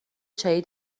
چایی